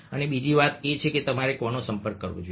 અને બીજી વાત કે તમારે કોનો સંપર્ક કરવો જોઈએ